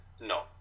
no